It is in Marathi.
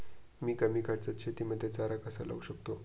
मी कमी खर्चात शेतीमध्ये चारा कसा लावू शकतो?